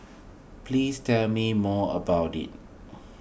please tell me more about it